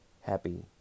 happy